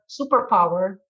superpower